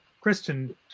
Kristen